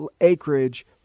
acreage